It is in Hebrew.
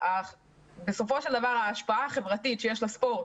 בסופו של דבר ההשפעה החברתית שיש לספורט